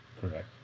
Correct